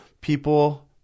people